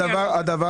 הדבר